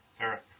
Eric